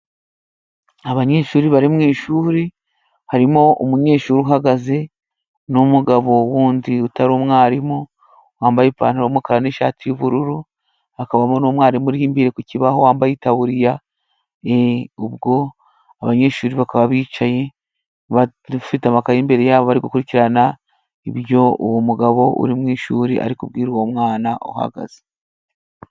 Abanyeshuri bari mu ishuri, harimo umunyeshuri uhagaze n'umugabo wundi utari umwarimu wambaye ipantaro y'umukara n'ishati y'ubururu, hakabamo n'umwarimu uri imbere ku kibaho wambaye itaburiya, ubwo abanyeshuri bakaba bicaye, bafite amakaye imbere yabo bari gukurikirana ibyo uwo mugabo uri mu ishuri ariko kubwira uwo mwana uhagaze.